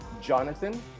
Jonathan